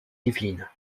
yvelines